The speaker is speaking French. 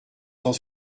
cent